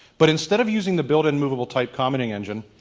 but instead of using the built in moveable type commenting engine.